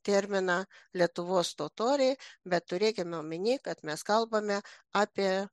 terminą lietuvos totoriai bet turėkime omeny kad mes kalbame apie